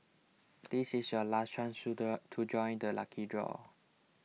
this is your last chance to the to join the lucky draw